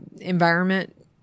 environment